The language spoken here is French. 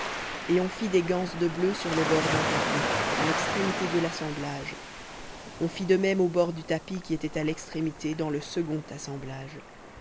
et on fit des ganses de bleu sur le bord d'un tapis à l'extrémité de l'assemblage on fit de même au bord du tapis qui était à l'extrémité dans le second assemblage